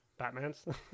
Batmans